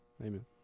Amen